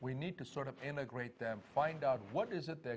we need to sort of integrate them find out what is it they're